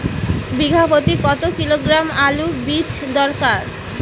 বিঘা প্রতি কত কিলোগ্রাম আলুর বীজ দরকার?